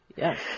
Yes